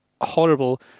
horrible